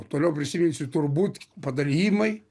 toliau prisiminsiu turbūt padalijimai